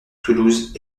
toulouse